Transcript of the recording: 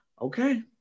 okay